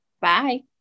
Bye